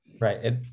Right